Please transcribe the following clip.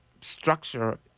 structure